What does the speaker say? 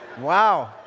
Wow